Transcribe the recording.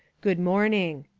good morning.